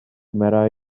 gymera